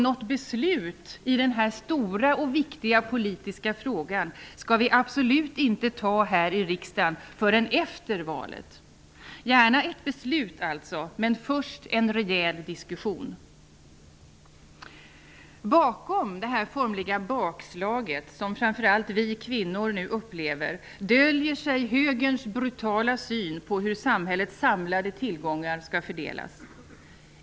Något beslut i den här stora och viktiga politiska frågan skall vi absolut inte fatta här i riksdagen förrän efter valet. Vi vill gärna att det fattas ett beslut, men först skall det vara en rejäl diskussion. Bakom det här bakslaget, som framför allt vi kvinnor nu upplever, döljer sig högerns brutala syn på hur samhällets samlade tillgångar skall fördelas.